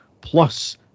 plus